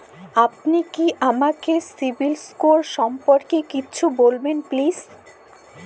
আপনি কি আমাকে সিবিল স্কোর সম্পর্কে কিছু বলবেন প্লিজ?